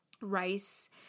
rice